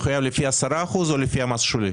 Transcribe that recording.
יחויב לפי 10% או לפי המס השולי?